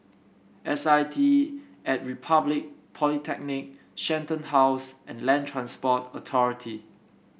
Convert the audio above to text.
S I T at Republic Polytechnic Shenton House and Land Transport Authority